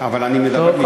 אבל אני מדבר משם.